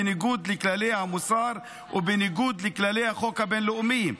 בניגוד לכללי המוסר ובניגוד לכללי החוק הבין-לאומי.